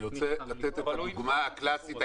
אני רוצה לתת את דוגמה קלאסית.